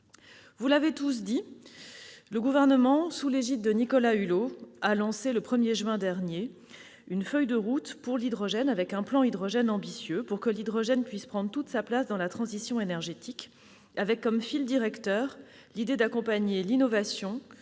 Vous l'avez tous dit, le Gouvernement, sous l'égide de Nicolas Hulot, a publié, le 1 juin 2018, une feuille de route pour l'hydrogène. Il a présenté un plan ambitieux pour que l'hydrogène puisse prendre toute sa place dans la transition énergétique. Le fil directeur, c'est l'idée d'accompagner l'innovation,